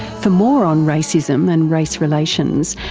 for more on racism and race relations,